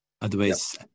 Otherwise